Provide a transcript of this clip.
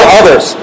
others